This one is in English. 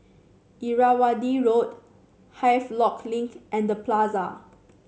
Irrawaddy Road Havelock Link and Plaza